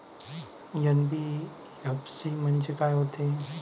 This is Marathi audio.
एन.बी.एफ.सी म्हणजे का होते?